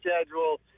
schedule –